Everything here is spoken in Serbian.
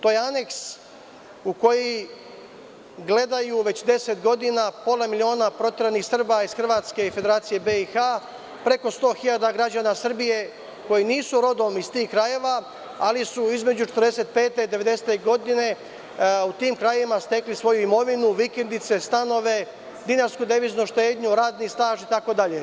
To je aneks u kojim gledaju već 10 godina pola miliona proteranih Srba iz Hrvatske i Federacije BiH, preko 100 hiljada građana Srbije koji nisu rodom iz tih krajeva, ali su između 1945. godine i 1990. godine u tim krajevima stekli svoju imovinu, vikendice, stanove, dinarsku, deviznu štednju, radni staž itd.